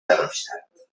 darmstadt